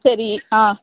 சரி ஆ